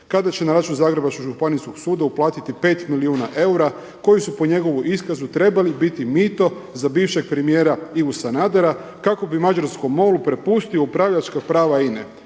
kada će na račun Županijskog suda uplatiti 5 milijuna eura koji su po njegovu iskazu trebali biti mito za bivšeg premijera Ivu Sanadera kako bi mađarskom MOL-u prepustio upravljačka prava INA-e.